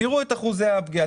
תראו את אחוזי הפגיעה.